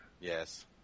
Yes